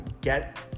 get